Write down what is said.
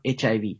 HIV